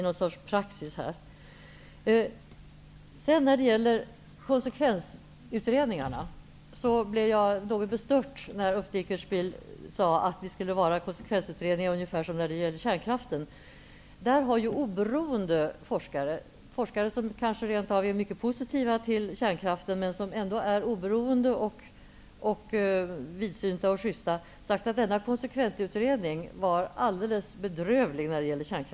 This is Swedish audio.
När det sedan gäller konsekvensutredningarna blev jag något bestört när Ulf Dinkelspiel sade att det skulle vara konsekvensutredningar ungefär som när det gällde kärnkraften. Men där har oberoende forskare -- forskare som kanske rent av är mycket positiva till kärnkraften men som ändå är oberoende, vidsynta och justa -- sagt att konsekvensutredningen när det gällde kärnkraften var alldeles bedrövlig.